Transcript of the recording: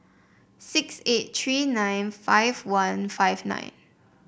six eight three nine five one five nine